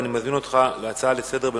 אני מזמין אותך להציג הצעה לסדר-היום